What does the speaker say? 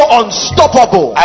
unstoppable